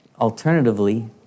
alternatively